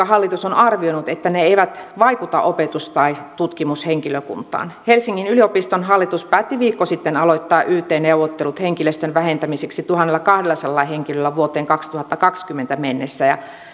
hallitus on arvioinut että ne eivät vaikuta opetus tai tutkimushenkilökuntaan helsingin yliopiston hallitus päätti viikko sitten aloittaa yt neuvottelut henkilöstön vähentämiseksi tuhannellakahdellasadalla henkilöllä vuoteen kaksituhattakaksikymmentä mennessä ja